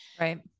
Right